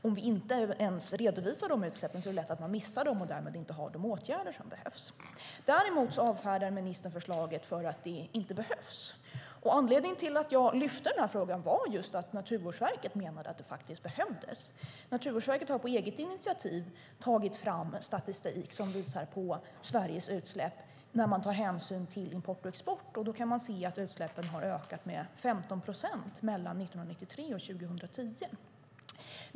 Om vi inte ens redovisar de utsläppen är det lätt att man missar dem och därmed inte har de åtgärder som behövs. Ministern avfärdar mitt förslag därför att detta inte behövs. Anledningen till att jag lyfte den här frågan var just att Naturvårdsverket menade att det här faktiskt behövdes. Naturvårdsverket har på eget initiativ tagit fram statistik som visar Sveriges utsläpp när man tar hänsyn till import och export, och då kan man se att utsläppen har ökat med 15 procent mellan 1993 och 2010.